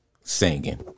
singing